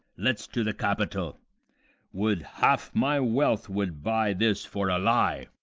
let's to the capitol would half my wealth would buy this for a lie!